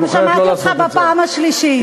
וגם שמעתי אותך בפעם השלישית.